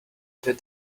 that